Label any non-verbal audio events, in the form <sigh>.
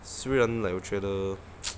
虽然 like 我觉得 <noise>